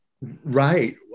Right